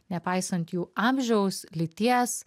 nepaisant jų amžiaus lyties